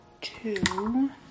two